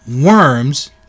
worms